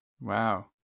Wow